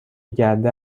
گرده